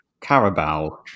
Carabao